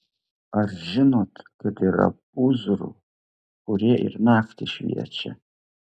ar žinot kad yra pūzrų kurie ir naktį šviečia